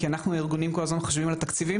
כי אנחנו הארגונים כל הזמן חושבים על התקציבים